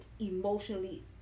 emotionally